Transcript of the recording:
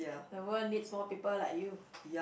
the world needs more people like you